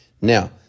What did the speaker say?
Now